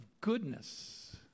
goodness